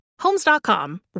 Homes.com